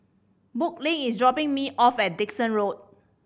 Brooklynn is dropping me off at Dickson Road